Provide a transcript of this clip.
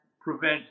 prevent